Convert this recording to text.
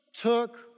took